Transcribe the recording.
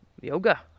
yoga